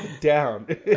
down